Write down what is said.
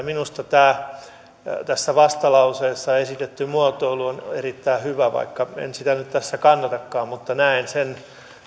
minusta tässä vastalauseessa esitetty muotoilu on erittäin hyvä vaikka en sitä nyt tässä kannatakaan mutta näen sen